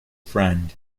friend